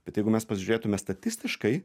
bet jeigu mes pasižiūrėtume statistiškai